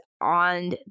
on